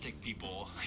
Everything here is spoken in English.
people